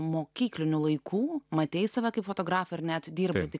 mokyklinių laikų matei save kaip fotografą ir net dirbai tai